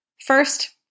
First